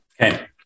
Okay